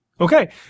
Okay